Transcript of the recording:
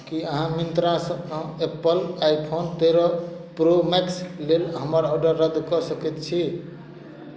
की अहाँ मिन्त्रासँ Apple iPhone तेरह प्रो मैक्स लेल हमर ऑर्डर रद्द कऽ सकैत छी